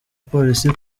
polisi